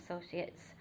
Associates